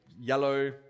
yellow